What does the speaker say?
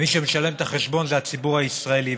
מי שמשלם את החשבון זה הציבור הישראלי.